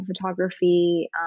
photography